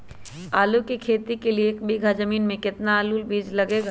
आलू की खेती के लिए एक बीघा जमीन में कितना आलू का बीज लगेगा?